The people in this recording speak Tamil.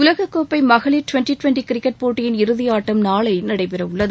உலகக்கோப்பை மகளிர் டுவெண்டி டுவெண்டி கிரிக்கெட் போட்டியின் இறுதி ஆட்டம் நாளை நடைபெற உள்ளது